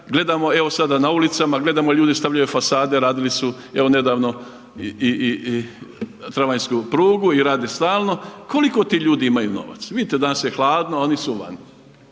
Gledamo sada na ulicama gledamo ljudi stavljaju fasade, radili su evo nedavno i tramvajsku prugu i rade stalno, koliko ti ljudi imaju novaca? Vidite danas je hladno, a oni su vani.